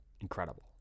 incredible